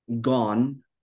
gone